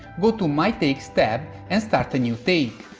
go to my takes tab, and start a new take.